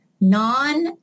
non